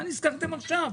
מה נזכרתם עכשיו?